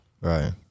right